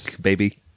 baby